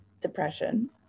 depression